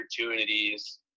opportunities